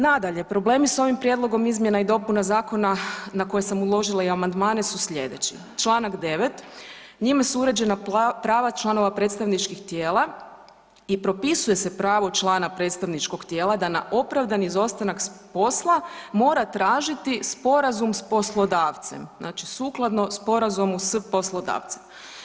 Nadalje, problemi s ovim prijedlogom izmjena i dopuna zakona na koje sam uložila i amandmane su sljedeći, čl. 9. njime su uređena prava članova predstavničkih tijela i propisuje se pravo člana predstavničkog tijela da na opravdani izostanak s posla mora tražiti sporazum s poslodavcem, znači sukladno sporazumu s poslodavcem.